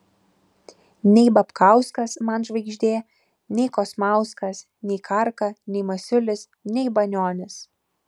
nei babkauskas man žvaigždė nei kosmauskas nei karka nei masiulis nei banionis